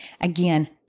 Again